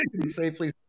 safely